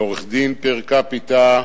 בעורכי-דין פר-קפיטה,